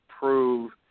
Prove